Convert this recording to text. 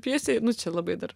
pjesė nu čia labai dar